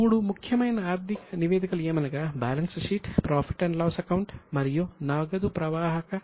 మూడు ముఖ్యమైన ఆర్థిక నివేదికలు ఏమనగా balance sheet profit loss account మరియు క్యాష్ ఫ్లో స్టేట్మెంట్